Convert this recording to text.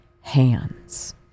hands